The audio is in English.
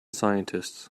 scientists